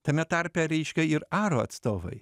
tame tarpe reiškia ir aro atstovai